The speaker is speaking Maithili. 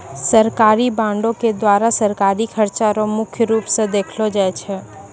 सरकारी बॉंडों के द्वारा सरकारी खर्चा रो मुख्य रूप स देखलो जाय छै